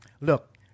Look